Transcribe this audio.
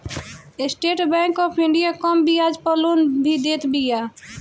estate Bank of India कम बियाज पअ लोन भी देत बिया